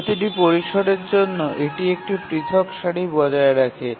প্রতিটি পরিসরের জন্য এটি একটি পৃথক সারি বজায় রাখে